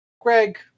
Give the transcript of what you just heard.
Greg